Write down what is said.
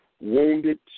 wounded